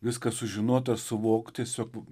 viską sužinot ar suvokt tiesiog